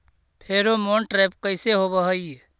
Pheromone trap कैसे होब हई?